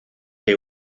que